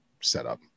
setup